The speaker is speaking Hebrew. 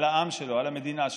לעם שלו, למדינה שלו,